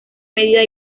medida